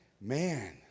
man